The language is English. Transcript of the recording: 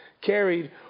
carried